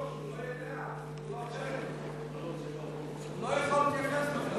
אדוני היושב-ראש, הוא לא יודע, הוא לא חלק מזה.